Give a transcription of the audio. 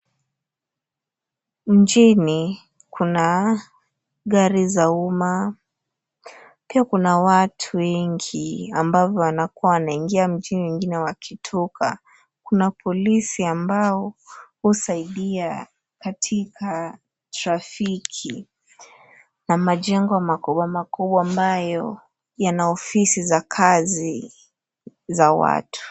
Nchini, kuna gari za umma. Pia kuna watu wengi ambavyo wanakua wanaingia mjini na wakitoka. Kuna polisi ambao husaidia katika trafiki, na majengo makubwa makubwa ambayo yana ofisi za kazi za watu.